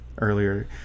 earlier